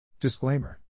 Disclaimer